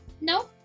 No